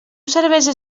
cervesa